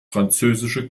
französische